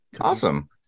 awesome